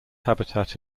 habitat